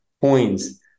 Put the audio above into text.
coins